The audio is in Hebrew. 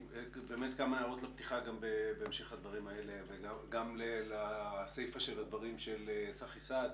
כמה הערות לפתיחה בהמשך לדברים האלה וגם לסיפה של הדברים של צחי סעד.